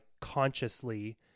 consciously